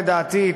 לדעתי,